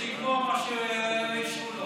שיגמור מה שאישרו לו.